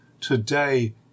Today